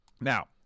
now